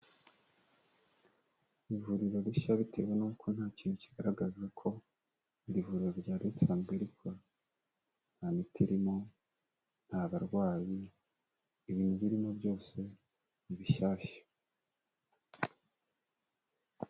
Ivuriro rishya bitewe nuko nta kintu kigaragaza ko iri vuriro ryari risanzwe rikora, nta miti irimo, nta barwayi, ibintu birimo byose ni bishyashya.